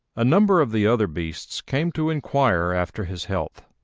a number of the other beasts came to inquire after his health,